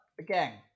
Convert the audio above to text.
Again